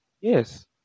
yes